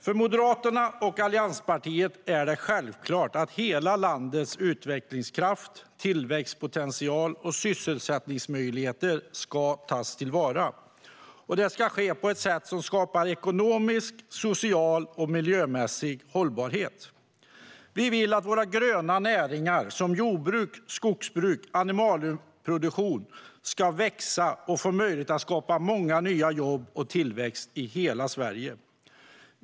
För Moderaterna och allianspartierna är det självklart att hela landets utvecklingskraft, tillväxtpotential och sysselsättningsmöjligheter ska tas till vara. Det ska ske på ett sätt som skapar ekonomisk, social och miljömässig hållbarhet. Vi vill att våra gröna näringar, jordbruk, skogsbruk och animalieproduktion, ska växa och få möjlighet att skapa många nya jobb och tillväxt i hela Sverige.